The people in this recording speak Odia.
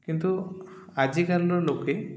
କିନ୍ତୁ ଆଜିକାଲିର ଲୋକେ